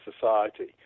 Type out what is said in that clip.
society